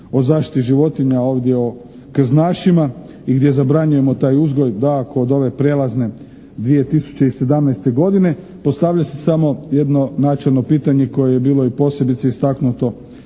o zaštiti životinja, ovdje o krznašima i gdje zabranjujemo taj uzgoj, da kod ove prijelazne 2017. godine. Postavlja se samo jedno načelno pitanje koje je bilo i posebice istaknuto